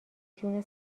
جون